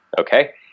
Okay